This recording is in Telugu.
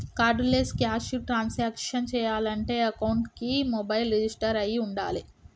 కార్డులెస్ క్యాష్ ట్రాన్సాక్షన్స్ చెయ్యాలంటే అకౌంట్కి మొబైల్ రిజిస్టర్ అయ్యి వుండాలే